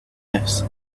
this